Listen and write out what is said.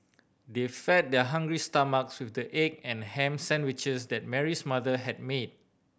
they fed their hungry stomachs with the egg and ham sandwiches that Mary's mother had made